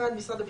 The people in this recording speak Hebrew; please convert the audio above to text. (1)משרד הביטחון,